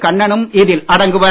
கண்ணனும் இதில் அடங்குவர்